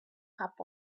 cup